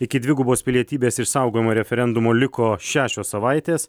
iki dvigubos pilietybės išsaugojimo referendumo liko šešios savaitės